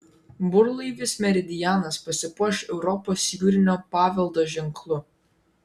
burlaivis meridianas pasipuoš europos jūrinio paveldo ženklu